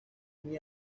muy